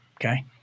Okay